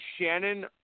Shannon